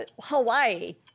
Hawaii